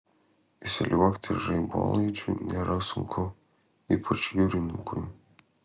įsliuogti žaibolaidžiu nėra sunku ypač jūrininkui